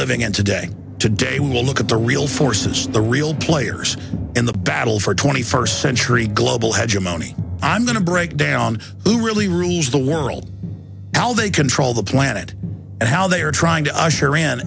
living in today today will look at the real forces the real players in the battle for twenty first century global had your money i'm going to break down who really rules the world how they control the planet and how they are trying to usher in